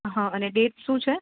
હ અને ડેટ શું છે